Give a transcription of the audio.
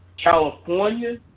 California